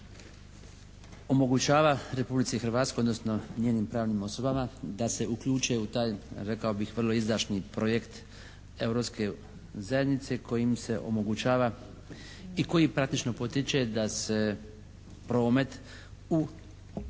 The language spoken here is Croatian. Polo omogućava Republici Hrvatskoj odnosno njenim pravnim osobama da se uključe u taj rekao bih vrlo izdašni projekt Europske zajednice kojim se omogućava i koji praktično potiče da se promet u